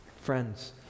Friends